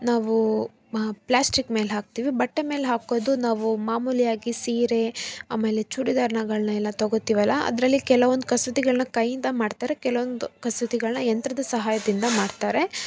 ನಾವು ಪ್ಲಾಸ್ಟಿಕ್ ಮೇಲೆ ಹಾಕ್ತೀವಿ ಬಟ್ಟೆ ಮೇಲೆ ಹಾಕೋದು ನಾವು ಮಾಮೂಲಿಯಾಗಿ ಸೀರೆ ಆಮೇಲೆ ಚೂಡಿದಾರಗಳ್ನ ಎಲ್ಲ ತಗೋತೀವಲ್ಲ ಅದರಲ್ಲಿ ಕೆಲವೊಂದು ಕಸೂತಿಗಳನ್ನ ಕೈಯಿಂದ ಮಾಡ್ತಾರೆ ಕೆಲವೊಂದು ಕಸೂತಿಗಳನ್ನ ಯಂತ್ರದ ಸಹಾಯದಿಂದ ಮಾಡ್ತಾರೆ